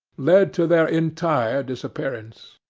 led to their entire disappearance.